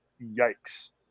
Yikes